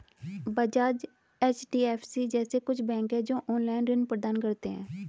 Bajaj, HDFC जैसे कुछ bank है, जो ऑनलाईन ऋण प्रदान करते हैं